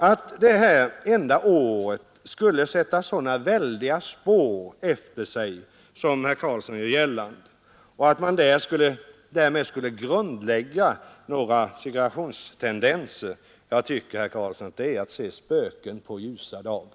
Att det här enda året skulle sätta så väldiga spår som herr Karlsson gör gällande och att man därmed skulle grundlägga några segregationstendenser, det tycker jag är att se spöken på ljusa dagen.